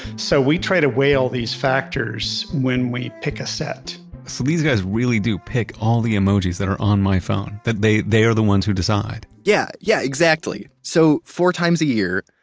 so we try to weigh all these factors when we pick a set so these guys really do pick all the emojis that are on my phone, that they they are the ones who decide yeah, yeah, exactly. so four times a year,